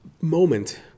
moment